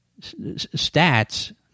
stats